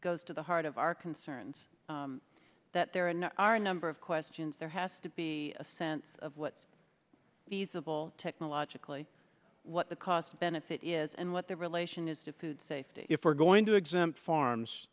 goes to the heart of our concerns that there are a number of questions there has to be a sense of what these of all technologically what the cost benefit is and what the relation is to food safety if we're going to exempt farms